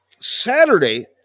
Saturday